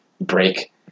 break